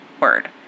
Word